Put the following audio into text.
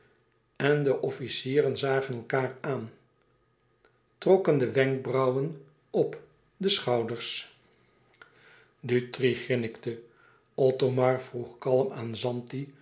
en de officieren zagen elkaâr aan trokken de wenkbrauwen op de schouders dutri grinnikte othomar vroeg kalm aan zanti